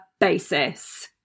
basis